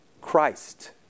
Christ